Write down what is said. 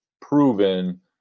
proven